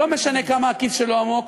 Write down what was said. לא משנה כמה הכיס שלו עמוק,